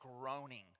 groaning